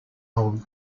old